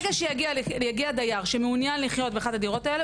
ברגע שיגיע דייר שמעוניין לחיות באחת הדירות האלה,